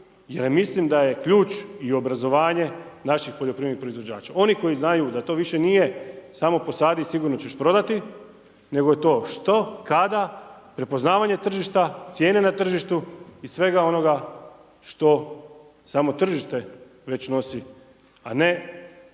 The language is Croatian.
jer mislim da je ključ i obrazovanje naših poljoprivrednih proizvođača. Oni koji znaju da to više nije samo posadi i sigurno ćeš prodati, nego je to što, kada, prepoznavanje tržišta, cijene na tržištu i svega onoga što samo tržište već nosi a ne